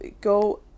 go